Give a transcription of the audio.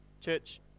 Church